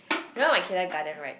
you know my kindergarten right